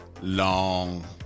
Long